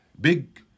big